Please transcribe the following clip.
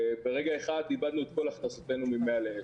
ברגע אחד איבדנו את כל הכנסותינו מ-100 לאפס.